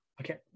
Okay